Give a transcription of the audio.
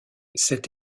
cet